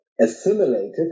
assimilated